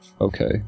Okay